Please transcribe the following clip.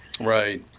Right